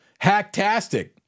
Hacktastic